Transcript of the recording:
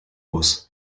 boss